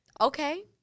okay